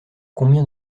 combien